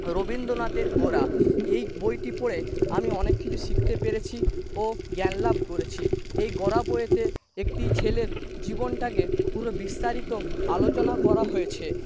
রবীন্দ্রনাথের গোরা এই বইটি পড়ে আমি অনেক কিছু শিখতে পেরেছি ও জ্ঞান লাভ করেছি এই গোরা বইতে একটি ছেলের জীবনটাকে পুরো বিস্তারিত আলোচনা করা হয়েছে